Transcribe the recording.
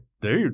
dude